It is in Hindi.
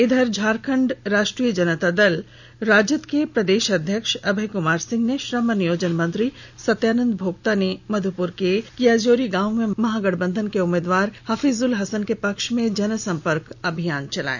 इधर झारखंड राष्ट्रीय जनता दल राजद के प्रदेश अध्यक्ष अभय कुमार सिंह और श्रम नियोजन मंत्री सत्यानंद भोक्ता ने मधुपुर के कियाजोरी गांव में महागठबंधन के उम्मीदवार हफीजुल हसन के पक्ष में जन सम्पर्क अभियान चलाया